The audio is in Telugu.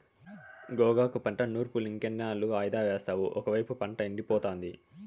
గోగాకు పంట నూర్పులింకెన్నాళ్ళు వాయిదా యేస్తావు ఒకైపు పంట ఎండిపోతాంది